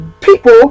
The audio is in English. people